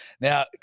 Now